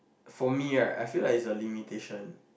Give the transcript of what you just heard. for me right I feel like it's a limitation